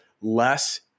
less